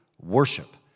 worship